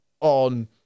on